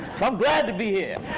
so i'm glad to be here!